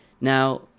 Now